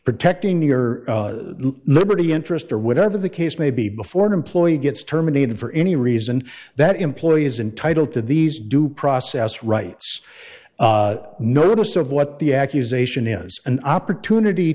protecting your liberty interest or whatever the case may be before an employee gets terminated for any reason that employee is entitled to these due process rights notice of what the accusation is an opportunity